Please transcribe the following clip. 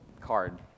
card